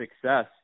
success